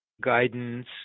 guidance